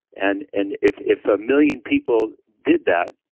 and and if if a million people did that,